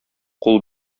кул